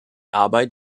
arbeit